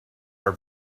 are